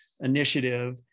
initiative